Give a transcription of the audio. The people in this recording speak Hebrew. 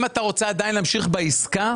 אם אתה רוצה עדיין להמשיך בעסקה,